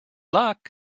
luck